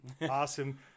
awesome